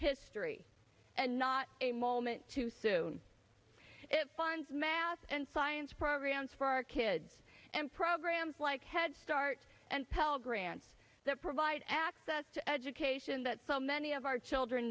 history and not a moment too soon if funds math and science programs for our kids and programs like head start and pell grants that provide access to education that so many of our children